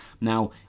Now